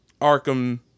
Arkham